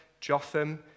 Jotham